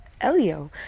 Elio